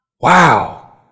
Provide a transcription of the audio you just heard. Wow